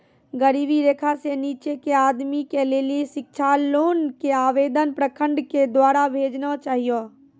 गरीबी रेखा से नीचे के आदमी के लेली शिक्षा लोन के आवेदन प्रखंड के द्वारा भेजना चाहियौ?